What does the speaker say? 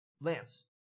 Lance